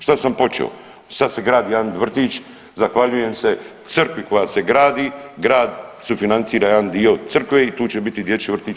Šta sam počeo, sad se gradi jedan vrtić, zahvaljujem se crkvi koja se gradi, grad sufinancira jedan dio crkve i tu će biti dječji vrtić